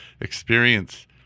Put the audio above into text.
experience